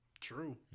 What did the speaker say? True